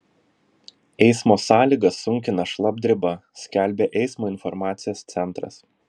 eismo sąlygas sunkina šlapdriba skelbia eismo informacijos centras